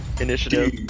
initiative